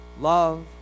love